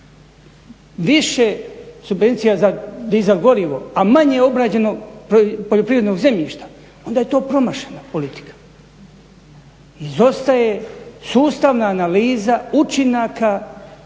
više subvencija za dizel gorivo, a manje obrađeno poljoprivrednog zemljišta onda je to promašena politika. Izostaje sustavna analiza učinaka